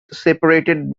separated